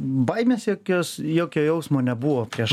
baimės jokios jokio jausmo nebuvo prieš